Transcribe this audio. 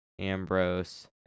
ambrose